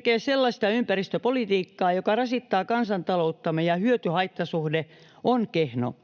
tekee sellaista ympäristöpolitiikkaa, joka rasittaa kansantalouttamme ja jonka hyöty-haittasuhde on kehno.